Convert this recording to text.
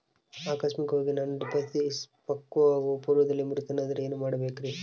ಆಕಸ್ಮಿಕವಾಗಿ ನಾನು ಡಿಪಾಸಿಟ್ ಪಕ್ವವಾಗುವ ಪೂರ್ವದಲ್ಲಿಯೇ ಮೃತನಾದರೆ ಏನು ಮಾಡಬೇಕ್ರಿ?